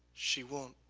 she won't,